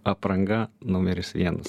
apranga numeris vienas